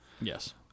Yes